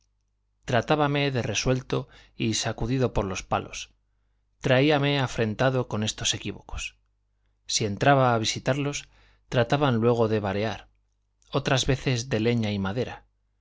tratábame de resuelto y sacudido por los palos traíame afrentado con estos equívocos si entraba a visitarlos trataban luego de varear otras veces de leña y madera